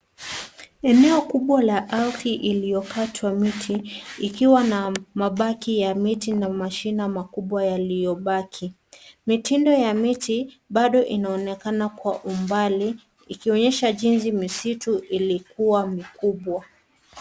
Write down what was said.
Eneo kubwa la ardhi iliyokatwa miti, ikiwa na mabaki ya miti na mashina makubwa yaliyobaki. Mitindo ya miti bado inaonekana kwa umbali, ikionyesha jinsi misitu ilikua mikubwa.